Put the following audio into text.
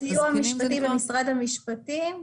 סיוע משפטי ממשרד המשפטים,